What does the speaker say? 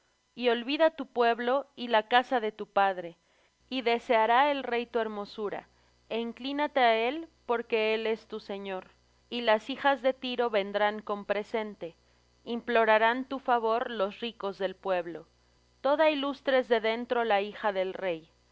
y olvida tu pueblo y la casa de tu padre y deseará el rey tu hermosura e inclínate á él porque él es tu señor y las hijas de tiro vendrán con presente implorarán tu favor los ricos del pueblo toda ilustre es de dentro la hija del rey de